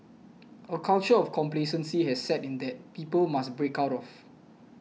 a culture of complacency has set in that people must break out of